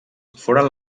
foren